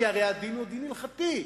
כי הרי הדין הוא דין הלכתי.